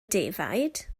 defaid